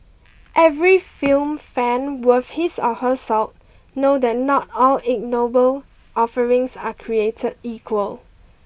every film fan worth his or her salt know that not all ignoble offerings are created equal